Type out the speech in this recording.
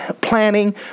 planning